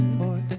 boy